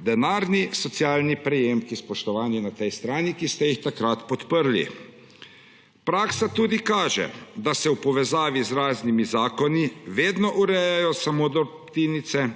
denarni socialni prejemki, spoštovani na tej strani, ki ste jih takrat podprli. Praksa tudi kaže, da se v povezavi z raznimi zakoni vedno urejajo samo drobtinice